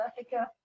Africa